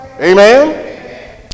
Amen